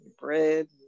Bread